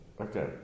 okay